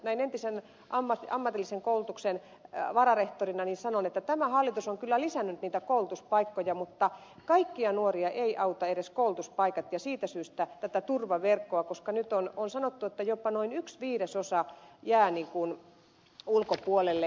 näin entisenä ammatillisen koulutuksen vararehtorina sanon että tämä hallitus on kyllä lisännyt niitä koulutuspaikkoja mutta kaikkia nuoria eivät auta edes koulutuspaikat ja siitä syystä tarvitaan tätä turvaverkkoa koska nyt on sanottu että jopa noin yksi viidesosa jää ulkopuolelle